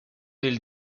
del